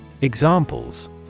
Examples